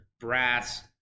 Brass